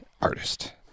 Artist